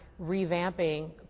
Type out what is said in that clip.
revamping